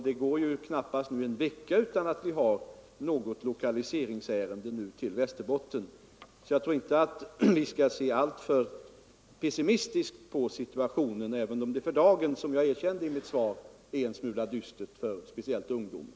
Det går nu knappast en vecka utan att vi har något lokaliseringsärende till Västerbotten. Jag tror inte vi skall se alltför pessimistiskt på situationen, även om det för dagen — som jag erkände i mitt svar — är en smula dystert för speciellt ungdomen.